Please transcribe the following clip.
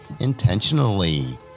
intentionally